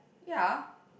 ya